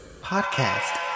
Podcast